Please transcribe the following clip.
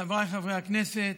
חבריי חברי הכנסת,